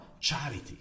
charity